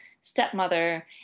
stepmother